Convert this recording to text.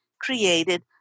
created